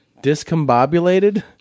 discombobulated